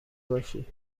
باشی